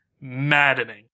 maddening